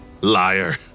Liar